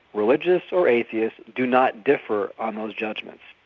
religious or atheist do not differ on those judgements.